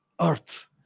Earth